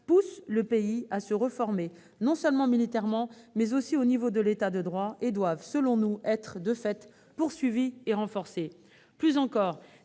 poussent le pays à se réformer non seulement militairement, mais aussi du point de vue de l'État de droit et doivent, selon nous, être poursuivis et renforcés.